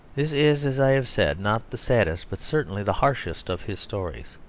this is, as i have said, not the saddest, but certainly the harshest of his stories.